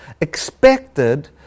expected